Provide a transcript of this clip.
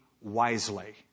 wisely